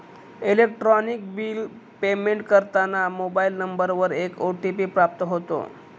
electronic bill payment करताना mobile नंबरवर एक ओ.टी.पी प्राप्त होतो